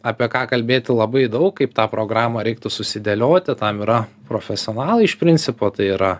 apie ką kalbėti labai daug kaip tą programą reiktų susidėlioti tam yra profesionalai iš principo tai yra